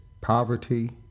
poverty